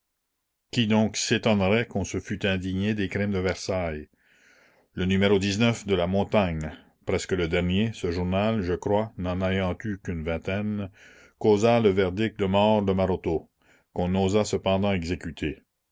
qui donc s'étonnerait qu'on se fût indigné des crimes de versailles le numéro de la montagne presque le dernier ce journal je crois n'en ayant eu qu'une vingtaine causa le verdict de mort de maroteau qu'on n'osa cependant exécuter